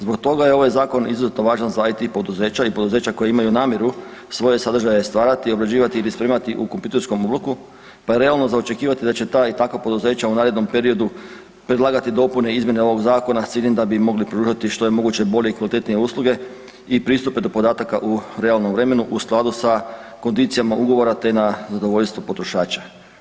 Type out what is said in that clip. Zbog toga je ovaj zakon izuzetno važan za IT poduzeća i poduzeća koja imaju namjeru svoje sadržaje stvarati i obrađivati ili spremati u kompjuterskom obliku pa je realno za očekivati da će ta i takva poduzeća u narednom periodu predlagati dopune i izmjene ovog zakona s ciljem da bi mogli pružati što je moguće bolje i kvalitetnije usluge i pristupe do podataka u realnom vremenu u skladu sa kondicijama ugovora te na zadovoljstvo potrošača.